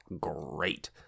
great